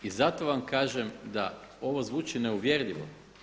I zato vam kažem da ovo zvuči neuvjerljivo.